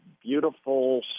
beautiful